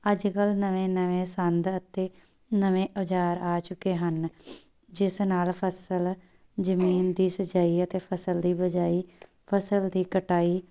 ਅੱਜ ਕੱਲ੍ਹ ਨਵੇਂ ਨਵੇਂ ਸੰਦ ਅਤੇ ਨਵੇਂ ਔਜ਼ਾਰ ਆ ਚੁੱਕੇ ਹਨ ਜਿਸ ਨਾਲ ਫਸਲ ਜ਼ਮੀਨ ਦੀ ਸਿੰਚਾਈ ਅਤੇ ਫਸਲ ਦੀ ਬਿਜਾਈ ਫਸਲ ਦੀ ਕਟਾਈ